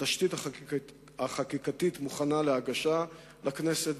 התשתית החקיקתית מוכנה להגשה לכנסת,